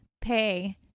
pay